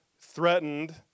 threatened